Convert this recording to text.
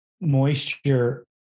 moisture